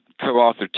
co-author